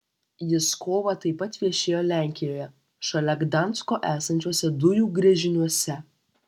jis kovą taip pat viešėjo lenkijoje šalia gdansko esančiuose dujų gręžiniuose